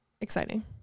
exciting